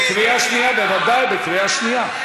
בוודאי, בקריאה שנייה.